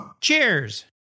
Cheers